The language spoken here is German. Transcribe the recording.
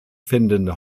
finden